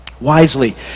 wisely